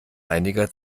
einiger